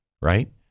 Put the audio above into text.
right